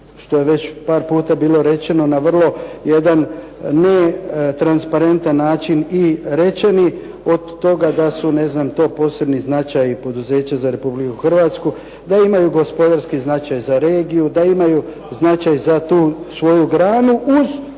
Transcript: što je već par puta bilo rečeno, na vrlo jedan netransparentan način i rečeni, od toga da su to posebni značaji poduzeća za Republiku Hrvatsku, da imaju gospodarski značaj za regiju, da imaju značaj za tu svoju granu, uz